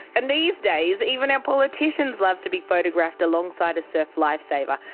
and these days, even our politicians love to be photographed alongside a surf life saver.